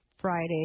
Friday